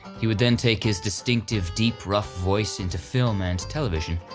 he would then take his distinctive deep rough voice into film and television,